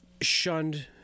shunned